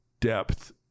depth